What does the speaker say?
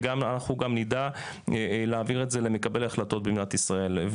ואנחנו גם נדע להעביר את זה למקבלי ההחלטות במדינת ישראל.